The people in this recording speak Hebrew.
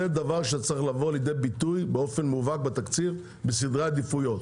זה דבר שצריך לבוא לידי ביטוי באופן מובהק בתקציב בסדרי עדיפויות.